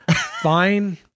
fine